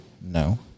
no